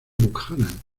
buchanan